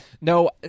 No